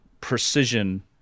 precision